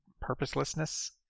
purposelessness